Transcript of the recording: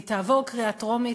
והיא תעבור בקריאה טרומית.